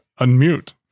unmute